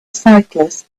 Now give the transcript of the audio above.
cyclists